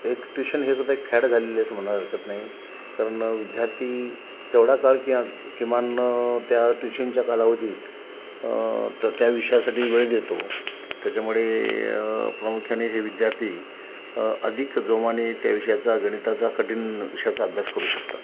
एक ट्यूशन हेसुद्धा एक फॅड झालेलं आहे असं म्हणाय हरकत नाही कारण विद्यार्थी तेवढा काळ किमान किमान त्या ट्यूशनच्या कालावधीत तर त्या विषयासाठी वेळ देतो त्याच्यामुळे प्रामुख्याने हे विद्यार्थी अधिक जोमाने त्या विषयाचा गणिताचा कठीण विषयाचा अभ्यास करू शकतात